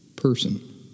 person